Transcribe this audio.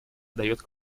дает